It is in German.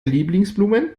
lieblingsblumen